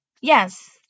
yes